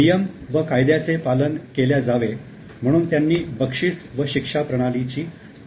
नियम व कायद्याचे पालन केल्या जावे म्हणून त्यांनी बक्षीस व शिक्षा प्रणालीची आखणी केली